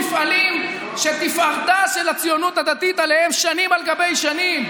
מפעלים שתפארתה של הציונות הדתית עליהם שנים על גבי שנים.